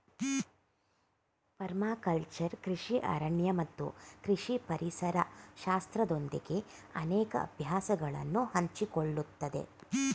permaculture ಕೃಷಿ ಅರಣ್ಯ ಮತ್ತು ಕೃಷಿ ಪರಿಸರ ಶಾಸ್ತ್ರದೊಂದಿಗೆ ಅನೇಕ ಅಭ್ಯಾಸಗಳನ್ನು ಹಂಚಿಕೊಳ್ಳುತ್ತದೆ